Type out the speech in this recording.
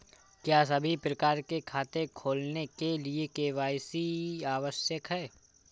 क्या सभी प्रकार के खाते खोलने के लिए के.वाई.सी आवश्यक है?